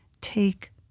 take